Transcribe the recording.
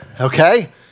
okay